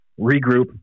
regroup